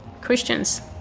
Christians